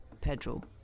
Pedro